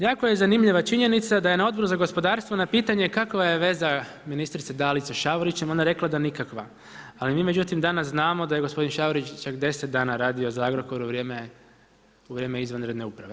Jako je zanimljiva činjenica da je na Odboru za gospodarstvo na pitanje kakva je veza ministrice Dalić sa Šavorićem ona rekla da nikakva, ali mi međutim danas znamo da je gospodin Šavorić čak deset dana radio za Agrokor u vrijeme izvanredne uprave.